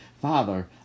Father